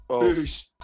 Peace